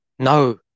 No